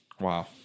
Wow